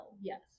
yes